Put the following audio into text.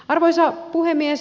arvoisa puhemies